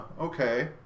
okay